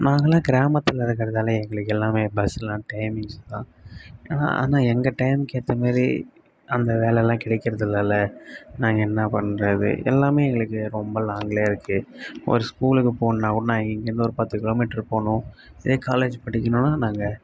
நாங்கெல்லாம் கிராமத்தில் இருக்கிறதால் எங்களுக்கு எல்லாம் பஸ்லாம் டைமிங்ஸ் தான் ஆனால் ஆனால் எங்கள் டைமுக்கு ஏற்ற மாதிரி அந்த வேலைலாம் கிடைக்கிறதில்லைல நாங்கள் என்ன பண்ணுறது எல்லாம் எங்களுக்கு ரொம்ப லாங்கிலே இருக்கு ஒரு ஸ்கூலுக்குப் போகணுனாக்கூட நாங்கள் இங்கேயிருந்து ஒரு பத்து கிலோமீட்ரு போகணும் இதே காலேஜ் படிக்கணும்னா நாங்கள்